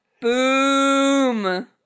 boom